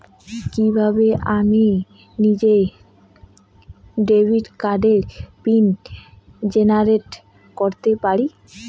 কিভাবে আমি নিজেই ডেবিট কার্ডের পিন জেনারেট করতে পারি?